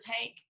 take